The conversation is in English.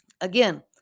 Again